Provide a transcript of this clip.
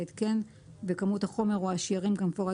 ההתקן וכמות החומר או השיירים כמפורט